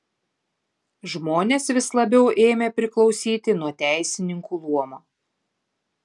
žmonės vis labiau ėmė priklausyti nuo teisininkų luomo